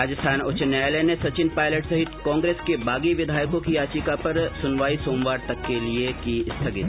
राजस्थान उच्च न्यायालय ने सचिन पायलट सहित कांग्रेस के बागी विधायकों की याचिका पर सुनवाई सोमवार तक के लिए की स्थगित